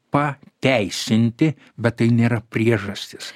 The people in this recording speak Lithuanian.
pateisinti bet tai nėra priežastys